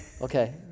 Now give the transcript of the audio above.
okay